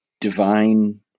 divine